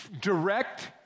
direct